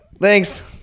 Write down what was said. Thanks